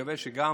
אני מקווה שגם